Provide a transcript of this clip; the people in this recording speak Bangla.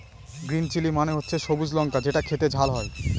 গ্রিন চিলি মানে হচ্ছে সবুজ লঙ্কা যেটা খেতে ঝাল হয়